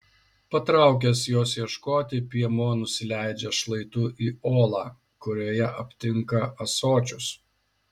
patraukęs jos ieškoti piemuo nusileidžia šlaitu į olą kurioje aptinka ąsočius